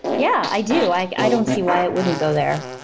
yeah, i do. i don't see why it wouldn't go there.